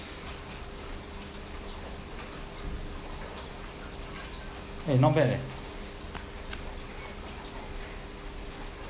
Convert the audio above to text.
eh not bad eh